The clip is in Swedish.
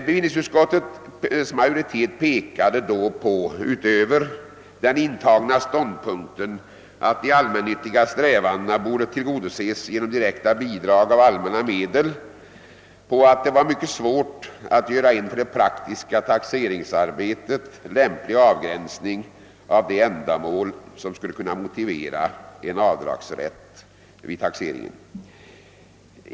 Bevillningsutskottets majoritet hävdade då — utöver den förut intagna ståndpunkten, att de allmännyttiga strävandena borde tillgodoses genom direkta bidrag av allmänna medel — att det vore mycket svårt att göra en för det praktiska taxeringsarbetet lämplig avgränsning av de ändamål som skulle kunna motivera en avdragsrätt vid beskattningen.